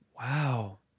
wow